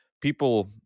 people